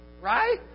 Right